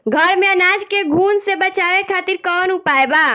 घर में अनाज के घुन से बचावे खातिर कवन उपाय बा?